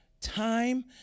Time